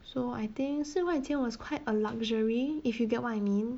so I think 四块钱 was quite a luxury if you get what I mean